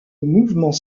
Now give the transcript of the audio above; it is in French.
mouvement